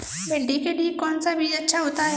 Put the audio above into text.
भिंडी के लिए कौन सा बीज अच्छा होता है?